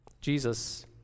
Jesus